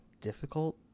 difficult